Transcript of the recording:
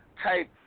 Hey